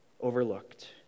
Overlooked